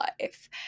life